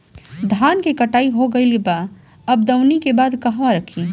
धान के कटाई हो गइल बा अब दवनि के बाद कहवा रखी?